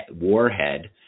warhead